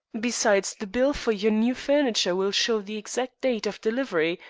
besides, the bills for your new furniture will show the exact date of delivery,